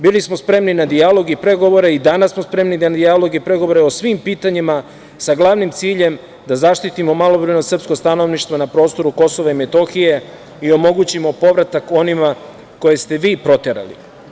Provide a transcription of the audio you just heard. Bili smo spremni na dijaloge i pregovore i danas smo spremni na dijalog i pregovore o svim pitanjima, sa glavnim ciljem da zaštitimo malobrojno srpsko stanovništvo na prostoru KiM i omogućimo povratak onima koje ste vi proterali.